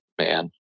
Man